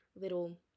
little